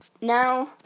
now